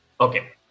Okay